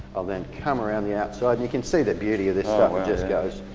i'll then come around the outside and you can see the beauty of just goes